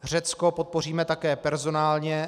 Řecko podpoříme také personálně.